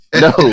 No